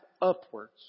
upwards